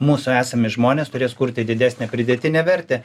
mūsų esami žmonės turės kurti didesnę pridėtinę vertę